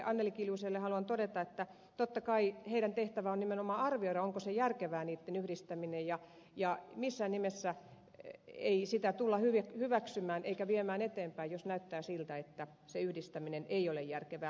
anneli kiljuselle haluan todeta että totta kai heidän tehtävänsä on nimenomaan arvioida onko järkevää niitten yhdistäminen ja missään nimessä ei sitä tulla hyväksymään eikä viemään eteenpäin jos näyttää siltä että se yhdistäminen ei ole järkevää